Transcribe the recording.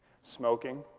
smoking.